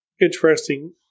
interesting